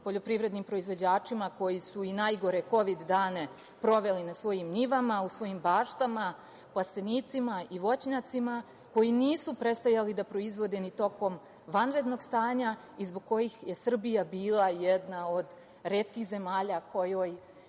poljoprivrednim proizvođačima koji su i najgore kovid dane proveli na svojim njivama, u svojim baštama, plastenicima i voćnjacima, koji nisu prestajali da proizvode ni tokom vanrednog stanja i zbog kojih je Srbija bila jedna od retkih zemalja u kojoj